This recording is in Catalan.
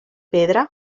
pedra